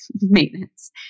maintenance